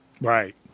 Right